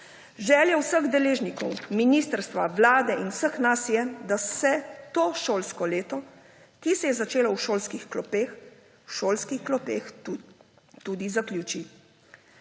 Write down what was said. Želja vseh deležnikov, ministrstva, Vlade in vseh nas, je, da se to šolsko leto, ki se je začelo v šolskih klopeh, v šolskih